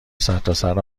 سرتاسر